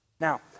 Now